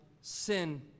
sin